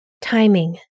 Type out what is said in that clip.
timing